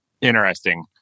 Interesting